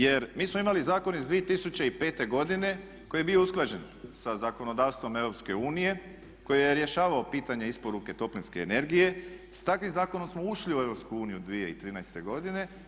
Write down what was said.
Jer mi smo imali Zakon iz 2005. godine koji je bio usklađen sa zakonodavstvom EU koji je rješavao pitanje isporuke toplinske energije i s takvim zakonom smo ušli u EU 2013. godine.